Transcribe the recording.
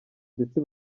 ndetse